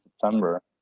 september